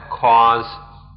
cause